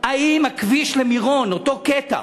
האם הכביש למירון, אותו קטע